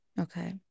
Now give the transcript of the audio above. Okay